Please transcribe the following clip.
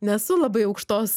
nesu labai aukštos